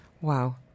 Wow